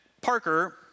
Parker